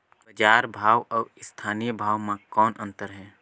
बजार भाव अउ स्थानीय भाव म कौन अन्तर हे?